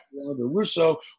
Russo